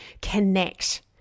connect